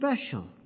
special